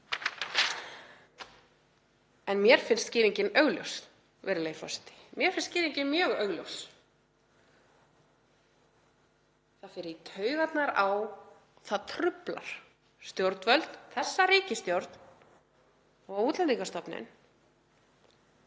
En mér finnst skýringin augljós, virðulegi forseti. Mér finnst skýringin mjög augljós. Það fer í taugarnar á og það truflar stjórnvöld, þessa ríkisstjórn, Útlendingastofnun,